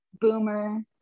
boomer